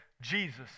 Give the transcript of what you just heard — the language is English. Jesus